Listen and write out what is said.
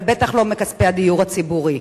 אבל בטח לא מכספי הדיור הציבורי.